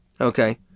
Okay